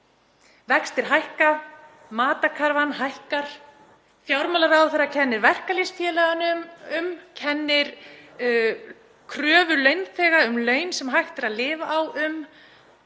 Vextir hækka, matarkarfan hækkar. Fjármálaráðherra kennir verkalýðsfélögunum um, kennir kröfum launþega um laun sem hægt er að lifa á um,